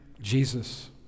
Jesus